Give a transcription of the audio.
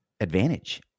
advantage